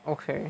okay